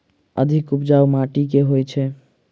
अधिक उपजाउ माटि केँ होइ छै?